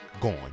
gone